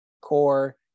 core